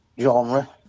genre